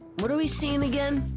what are we seeing again?